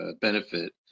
benefit